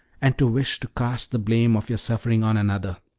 and to wish to cast the blame of your suffering on another.